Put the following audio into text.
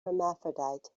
hermaphrodite